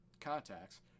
contacts